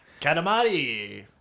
Katamari